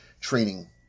training